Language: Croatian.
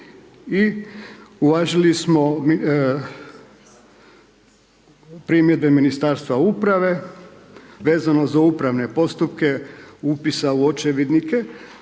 I uvažili smo primjedbe Ministarstva uprave vezano za upravne postupke upisa u očevidnike